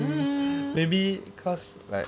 mmhmm